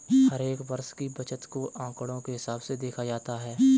हर एक वर्ष की बचत को आंकडों के हिसाब से देखा जाता है